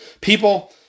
People